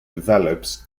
develops